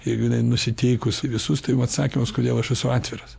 jeigu jinai nusiteikus į visus tai jum atsakymas kodėl aš esu atviras